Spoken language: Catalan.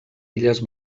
illes